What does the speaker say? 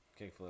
kickflip